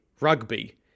rugby